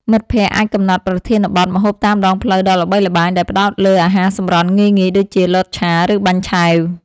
មិត្តភក្តិអាចកំណត់ប្រធានបទ ម្ហូបតាមដងផ្លូវដ៏ល្បីល្បាញ ដែលផ្ដោតលើអាហារសម្រន់ងាយៗដូចជា លតឆា ឬបាញ់ឆែវ។